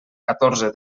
catorze